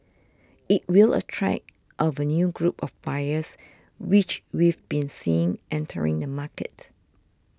it will attract of a new group of buyers which we've been seeing entering the market